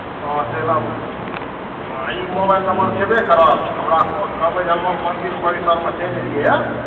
हँ चलि आबू अँ ई मोबाइल नम्बर छेबे करल हमरा कहबै जे हम मन्दिर परिसरमे चलि अएलिए यऽ